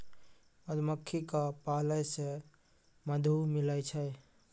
मधुमक्खी क पालै से मधु मिलै छै